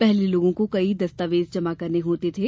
पहले लोगों को कई दस्तावेज जमा करने होते थे